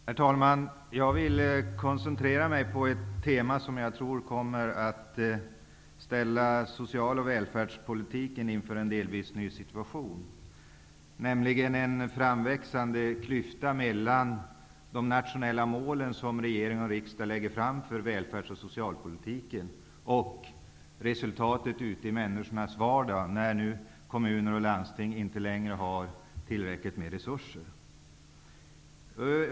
Herr talman! Jag vill koncentrera mig på ett tema som jag tror kommer att ställa social och välfärdspolitiken inför en delvis ny situation, nämligen en framväxande klyfta mellan de natio nella mål som regering och riksdag lägger upp för välfärds och socialpolitiken och resultatet ute i människornas vardag, när nu kommuner och landsting inte längre har tillräckligt med resurser.